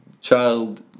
child